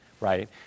right